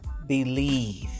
believe